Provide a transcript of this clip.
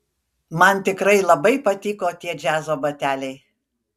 man tikrai labai patiko tie džiazo bateliai